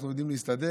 אנחנו יודעים להסתדר.